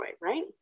right